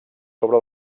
sobre